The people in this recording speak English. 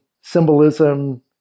symbolism